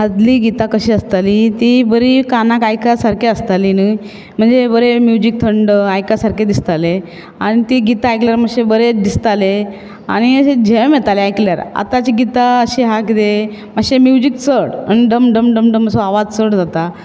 आदली गीतां कशीं आसताली ती बरी कानाक आयका सारकी आसताली न्ही म्हणजे बरें म्यूजिक थंड आयका सारके दिसताले आनी ती गीतां आयकल्यार मातशें बरें दिसताले आनी अशें झेम येताली आयकल्यार आताची गीतां अशीं आहा कितें मातशें म्यूजिक चड आनी ढम ढम ढम ढम असो आवाज चड जाता